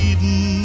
Eden